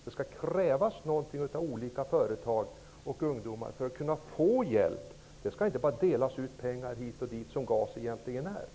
Det skall krävas någonting av företag och ungdomar för att de skall kunna få hjälp. Det skall inte bara delas ut pengar hit och dit, som GAS egentligen innebär.